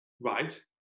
Right